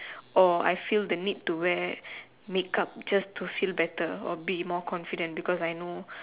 or I feel the need to wear make up just to feel better or be more confident because I know